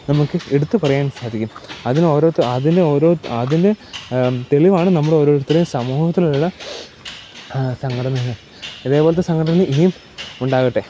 നമുക്ക് എടുത്ത് പറയാൻ സാധിക്കും അതിന് ഓരോ അതിന് ഓരോ അതിന് തെളിവാണ് നമ്മൾ ഓരോരുത്തരെയും സമൂഹത്തിലുള്ള സംഘടനകള് ഇതേപോലത്ത സംഘടനകൾ ഇനിയും ഉണ്ടാകട്ടെ